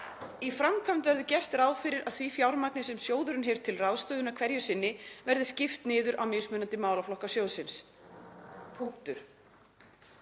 „Í framkvæmd verður gert ráð fyrir að því fjármagni sem sjóðurinn hefur til ráðstöfunar hverju sinni verði skipt niður á mismunandi málaflokka sjóðsins.“ — Punktur.